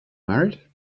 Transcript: married